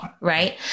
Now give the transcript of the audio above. right